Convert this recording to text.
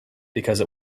because